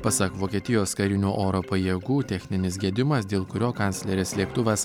pasak vokietijos karinių oro pajėgų techninis gedimas dėl kurio kanclerės lėktuvas